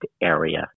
area